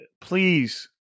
please